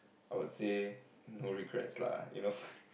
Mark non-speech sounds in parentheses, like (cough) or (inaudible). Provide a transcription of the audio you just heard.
I would say no regrets lah you know (laughs)